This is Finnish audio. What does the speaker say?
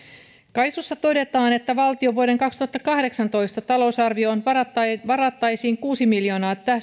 kaisussa todetaan että valtion vuoden kaksituhattakahdeksantoista talousarvioon varattaisiin varattaisiin kuusi miljoonaa